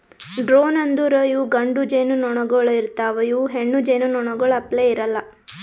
drone ಅಂದುರ್ ಇವು ಗಂಡು ಜೇನುನೊಣಗೊಳ್ ಇರ್ತಾವ್ ಇವು ಹೆಣ್ಣು ಜೇನುನೊಣಗೊಳ್ ಅಪ್ಲೇ ಇರಲ್ಲಾ